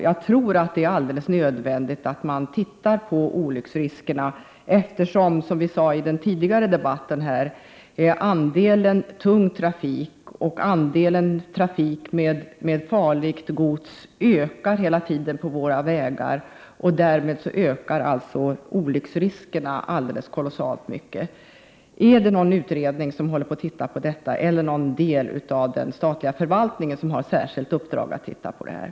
Jag tror att det är alldeles nödvändigt att man tittar på olycksriskerna, eftersom andelen tung trafik och andelen trafik med farligt gods hela tiden ökar på våra vägar, som vi konstaterade tidigare i debatten här. Därmed ökar olycksriskerna alldeles kolossalt. Är det någon utredning som studerar detta eller har någon del av den statliga förvaltningen i särskilt uppdrag att se över denna sak?